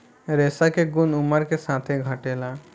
रेशा के गुन उमर के साथे घटेला